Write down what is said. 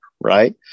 right